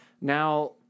now